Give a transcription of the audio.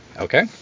Okay